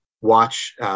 watch –